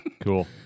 Cool